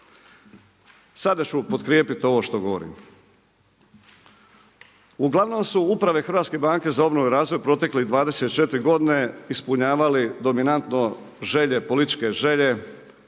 Sada ću potkrijepiti ovo što govorim. Uglavnom su uprave Hrvatske banke za obnovu i razvoj proteklih 24 godine ispunjavali dominantno želje, političke želje